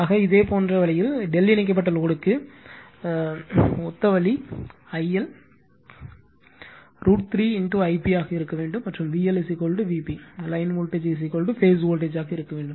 ஆக இதேபோன்ற வழி Δ இணைக்கப்பட்ட லோடுக்கு ஒத்த வழி IL √ 3 I p ஆக இருக்க வேண்டும் மற்றும் VL Vp line voltage phase voltage ஆக இருக்க வேண்டும்